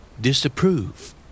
Disapprove